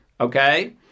okay